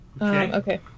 okay